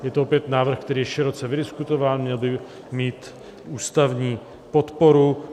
Je to opět návrh, který je široce vydiskutován, měl by mít ústavní podporu.